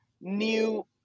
new